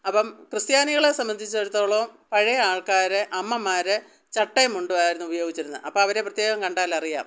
അപ്പം ക്രിസ്ത്യാനികളെ സംബന്ധിച്ചിടത്തോളം പഴയ ആൾക്കാർ അമ്മമാർ ചട്ടയും മുണ്ടുമായിരുന്നു ഉപയോഗിച്ചിരുന്നത് അപ്പം അവരെ പ്രത്യേകം കണ്ടാലറിയാം